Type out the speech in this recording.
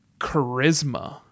charisma